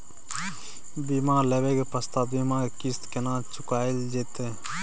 बीमा लेबा के पश्चात बीमा के किस्त केना चुकायल जेतै?